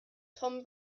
tom